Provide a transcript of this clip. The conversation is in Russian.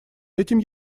этим